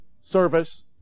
service